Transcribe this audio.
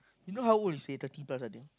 you know how old is he thirty plus I think